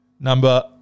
number